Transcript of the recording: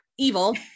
evil